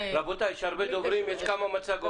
רבותיי, יש הרבה דוברים, יש כמה מצגות.